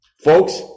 Folks